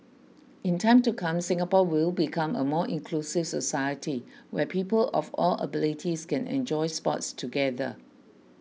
in time to come Singapore will become a more inclusive society where people of all abilities can enjoy sports together